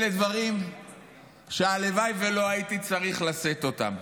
אלה דברים שהלוואי שלא הייתי צריך לשאת אותם.